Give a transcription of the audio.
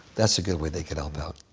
that's a good way they can help out.